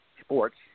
sports